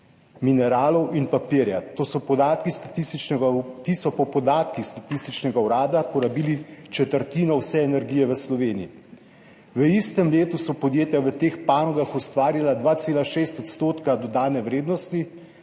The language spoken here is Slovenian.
mineralov in papirja. Ti so po podatkih Statističnega urada porabili četrtino vse energije v Sloveniji. V istem letu so podjetja v teh panogah ustvarila 2,6 % dodane vrednosti